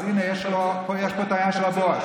אז הינה יש פה את העניין של הבואש.